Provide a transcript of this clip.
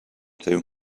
too